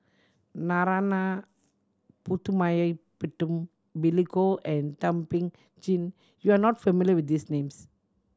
Narana Putumaippittan Billy Koh and Thum Ping Tjin you are not familiar with these names